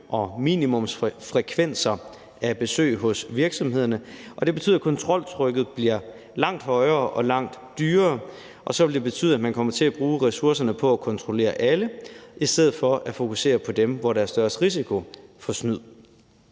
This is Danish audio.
og minimumsfrekvenser af besøg hos virksomhederne, og det betyder, at kontroltrykket bliver langt højere og langt dyrere, og så vil det betyde, at man kommer til at bruge ressourcerne på at kontrollere alle i stedet for at fokusere på dem, hvor der er størst risiko for snyd.